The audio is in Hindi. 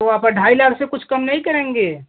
तो आप अढ़ाई लाख से कुछ कम नहीं करेंगे